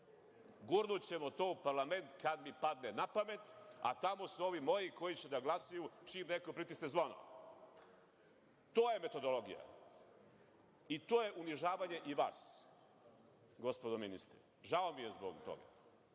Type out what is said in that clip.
Gurnućemo to u parlament kad mi padne na pamet, a tamo su ovi moji koji će da glasaju čim neko pritisne zvono. To je metodologija i to je unižavanje i vas, gospodo ministre. Žao mi je zbog toga.